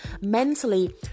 mentally